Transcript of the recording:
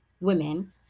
women